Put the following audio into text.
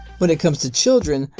when it comes to children,